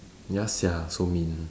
ya sia so mean